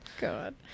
God